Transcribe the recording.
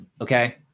okay